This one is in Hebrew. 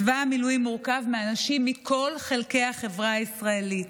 צבא המילואים מורכב מאנשים מכל חלקי החברה הישראלית,